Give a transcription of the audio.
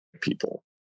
people